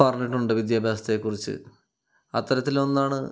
പറഞ്ഞിട്ടുണ്ട് വിദ്യാഭ്യാസത്തെക്കുറിച്ച് അത്തരത്തിലൊന്നാണ്